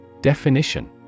Definition